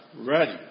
ready